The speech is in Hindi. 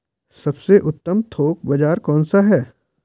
सबसे उत्तम थोक बाज़ार कौन सा है?